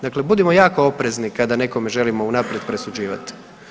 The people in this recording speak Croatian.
Dakle, budimo jako oprezni kada nekome želimo unaprijed presuđivat.